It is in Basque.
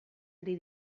ari